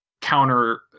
counter